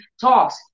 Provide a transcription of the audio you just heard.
talks